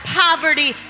poverty